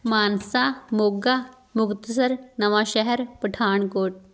Mansa Moga Muktsar Nawanshahr Pathankot